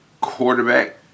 Quarterback